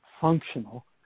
functional